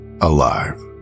alive